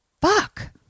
Fuck